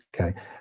Okay